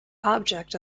object